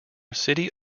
city